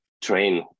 train